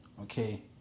Okay